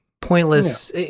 Pointless